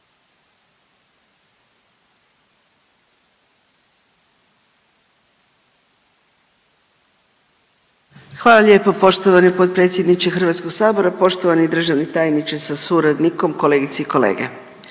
Hvala lijepa poštovani potpredsjedniče Hrvatskog sabora. Poštovani državni tajniče sa suradnikom, kolegice i kolege,